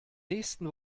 nächsten